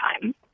time